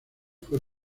fue